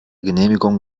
genehmigung